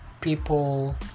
people